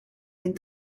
den